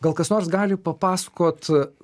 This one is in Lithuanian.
gal kas nors gali papasakot